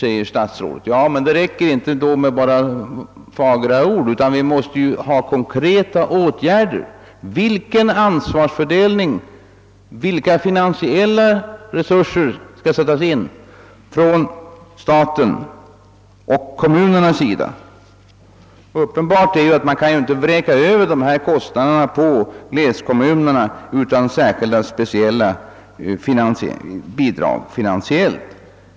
Det räcker emellertid inte med bara fagra ord, utan det behövs också konkreta åtgärder: vilken ansvarsfördelning, vilka finansiella resurser skall sättas in från statens och kommunernas sida? Faktum är att man inte kan vräka över dessa kostnader på glesbygdskommunerna utan särskilda speciella bidrag finansiellt.